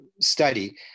study